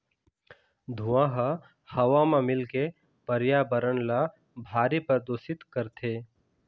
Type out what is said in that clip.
धुंआ ह हवा म मिलके परयाबरन ल भारी परदूसित करथे